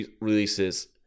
releases